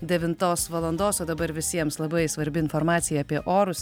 devintos valandos o dabar visiems labai svarbi informacija apie orus